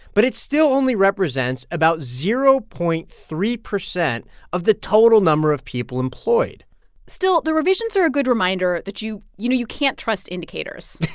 but it still only represents about zero point three zero of the total number of people employed still, the revisions are a good reminder that, you you know, you can't trust indicators